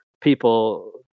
people